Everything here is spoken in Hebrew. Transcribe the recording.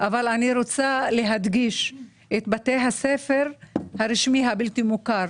אבל אני רוצה להדגיש את כל בתי הספר של המוכר הבלתי רשמי,